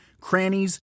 crannies